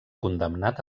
condemnat